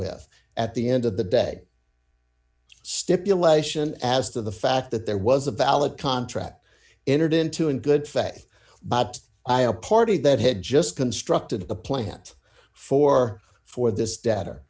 with at the end of the day stipulation as to the fact that there was a valid contract entered into in good faith but i am a party that had just constructed the plant for for this